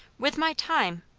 with my time,